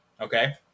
okay